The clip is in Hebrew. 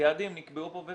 היעדים נקבעו פה,